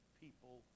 people